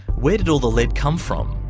where did all the lead come from?